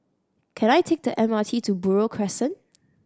can I take the M R T to Buroh Crescent